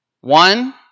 One